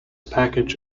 package